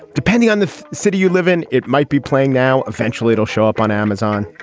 depending on the city you live in, it might be playing now. eventually, it'll show up on amazon.